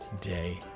day